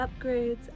upgrades